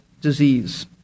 disease